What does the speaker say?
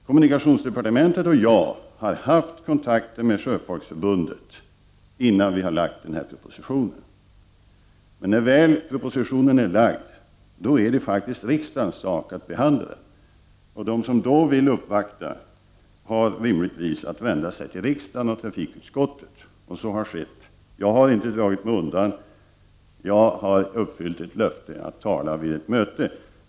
Kommunikationsdepartementet och jag har haft kontakt med Sjöfolksförbundet innan denna proposition framlades. Nä: propositionen väl är framlagd är det faktiskt riksdagens uppgift att behanalia den. De som då vill göra en uppvaktning har givetvis att vända sig till riksdagen och trafikutskottet. Så har också skett. Jag har alltså inte dragit mig undan. Jag har uppfyllt ett löfte att tala vid ett annat möte.